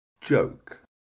Joke